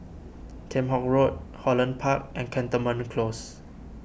Kheam Hock Road Holland Park and Cantonment Close